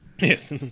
Yes